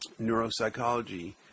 neuropsychology